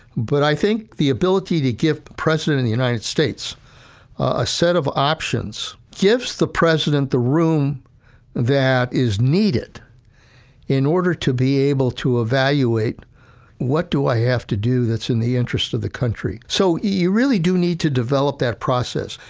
but, i think the ability to give the president of the united states a set of options, gives the president the room that is needed in order to be able to evaluate what do i have to do that's in the interest of the country? so, you really do need to develop that process,